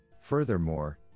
Furthermore